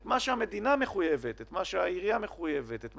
מה שהמדינה מחויבת, מה שהעירייה מחויבת, מה